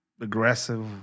aggressive